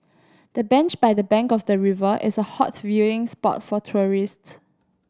the bench by the bank of the river is a hot viewing spot for tourists